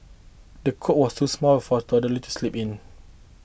the cot was too small for a toddler to sleep in